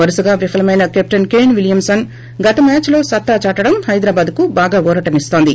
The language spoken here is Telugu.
వరుసగా విఫలమైన కెప్టెన్ కేస్ విలియమ్సన్ గత మ్నాచ్లో సత్తాచాటడం హైదరాబాద్కు బాగా ఊరటనిస్తోంది